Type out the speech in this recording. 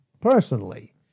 personally